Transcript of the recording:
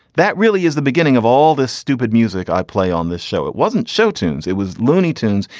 that really is the beginning of all this stupid music i play on this show it wasn't show tunes it was looney tunes.